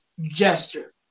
gesture